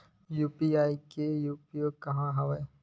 UPI के का उपयोग हवय?